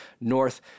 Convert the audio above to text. north